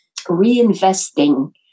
reinvesting